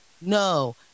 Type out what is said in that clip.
no